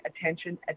attention